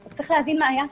צריך להבין מה היה שם.